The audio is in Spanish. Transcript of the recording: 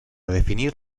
definir